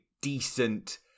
decent